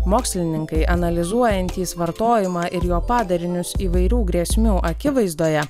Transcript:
mokslininkai analizuojantys vartojimą ir jo padarinius įvairių grėsmių akivaizdoje